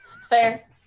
Fair